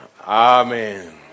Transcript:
Amen